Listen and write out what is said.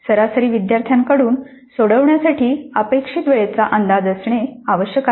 सरासरी विद्यार्थ्याकडून सोडवण्यासाठी अपेक्षित वेळेचा अंदाज असणे आवश्यक आहे